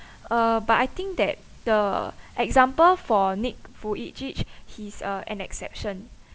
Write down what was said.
uh but I think that the example for nick vujicic he's uh an exception